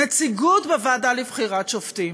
נציגות בוועדה לבחירת שופטים.